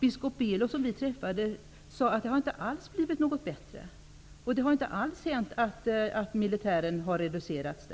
Biskop Belo, som vi träffade, sade att det inte alls har blivit bättre. Militären har inte alls reducerats.